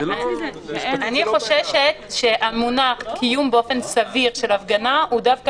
אני חוששת שהמונח קיום באופן סביר של הפגנה הוא דווקא